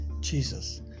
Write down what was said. Jesus